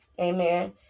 Amen